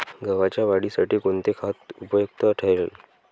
गव्हाच्या वाढीसाठी कोणते खत उपयुक्त ठरेल?